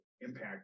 impact